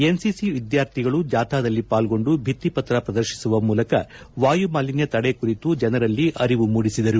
NCC ವಿದ್ಯಾರ್ಥಿಗಳು ಜಾಥಾದಲ್ಲಿ ಪಾಲ್ಗೊಂಡು ಭಿತ್ತಿಪತ್ರ ಪ್ರದರ್ಶಿಸುವ ಮೂಲಕ ವಾಯುಮಾಲಿನ್ನ ತಡೆ ಕುರಿತು ಜನರಲ್ಲಿ ಅರಿವು ಮೂಡಿಸಿದರು